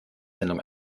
sendung